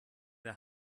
der